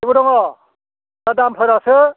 बेबो दङ दा दामफोरासो